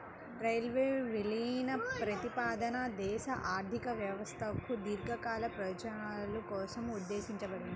railway విలీన ప్రతిపాదన దేశ ఆర్థిక వ్యవస్థకు దీర్ఘకాలిక ప్రయోజనాల కోసం ఉద్దేశించబడింది